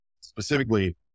specifically